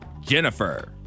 Jennifer